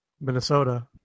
Minnesota